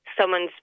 someone's